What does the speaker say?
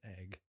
egg